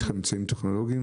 יש לכם אמצעים טכנולוגיים?